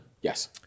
Yes